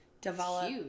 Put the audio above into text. develop